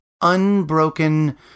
unbroken